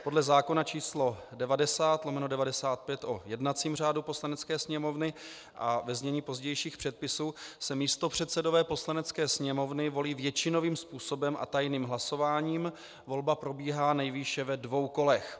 Podle zákona č. 90/1995 Sb., o jednacím řádu Poslanecké sněmovny, ve znění pozdějších předpisů, se místopředsedové Poslanecké sněmovny volí většinovým způsobem a tajným hlasováním, volba probíhá nejvýše ve dvou kolech.